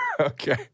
Okay